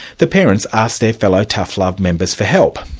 the parents asked their fellow tough love members for help.